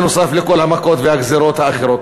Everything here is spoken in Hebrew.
נוסף על כל המכות והגזירות האחרות.